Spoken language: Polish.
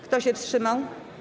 Kto się wstrzymał?